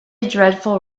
dreadful